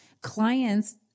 clients